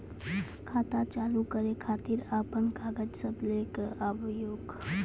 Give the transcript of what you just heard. खाता चालू करै खातिर आपन कागज सब लै कऽ आबयोक?